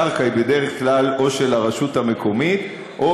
הקרקע היא בדרך כלל או של הרשות המקומית או